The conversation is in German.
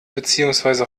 beziehungsweise